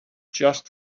just